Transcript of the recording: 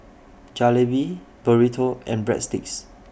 Jalebi Burrito and Breadsticks